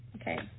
Okay